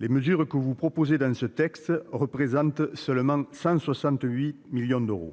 les mesures que vous proposez dans ce texte représentent seulement 168 millions d'euros